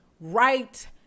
right